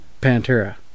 Pantera